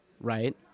right